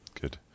Good